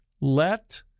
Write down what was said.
Let